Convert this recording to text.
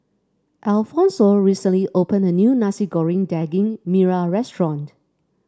Alphonso recently opened a new Nasi Goreng Daging Merah Restaurant